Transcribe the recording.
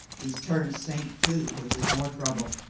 he is turned saint, too, which is more trouble.